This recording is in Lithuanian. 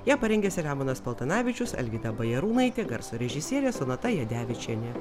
ją parengė selemonas paltanavičius alvyda bajarūnaitė garso režisierė sonata jadevičienė